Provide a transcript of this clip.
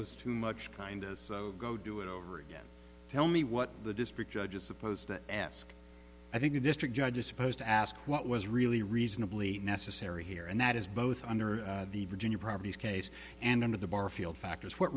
was too much kindness go do it over again tell me what the district judge is supposed to ask i think a district judge is supposed to ask what was really reasonably necessary here and that is both under the virginia properties case and under the barfield factors what